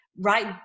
right